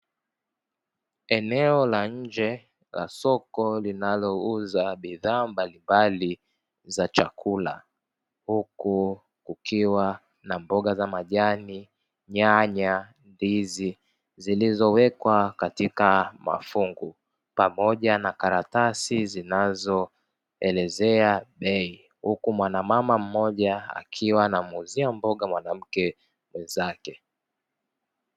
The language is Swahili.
Eneo la nje la soko linalouza bidhaa mbalimbali za chakula huku kukiwa na mboga za majani, nyanya, ndizi zilizowekwa katika mafungu pamoja na karatasi zinazoelezea bei huku mwanamama mmoja akiwa anamuuzia mboga mwanamke mwenzake.